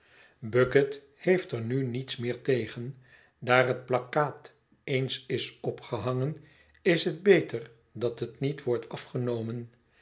bucket heeft er nu niets meer tegen daar het plakkaat eens is opgehangen is het beter dat het niet wordt afgenomen